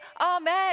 Amen